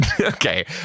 okay